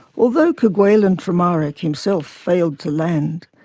although kerguelen-tremarec himself failed to land,